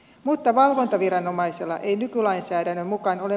mutta valvontaviranomaisella ei nykylainsäädännön mukaan ole